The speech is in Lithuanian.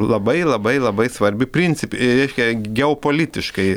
labai labai labai svarbi princip reiškia geopolitiškai